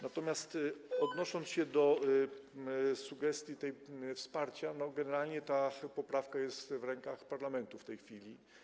Natomiast odnosząc się do sugestii wsparcia, generalnie ta poprawka jest w rękach parlamentu w tej chwili.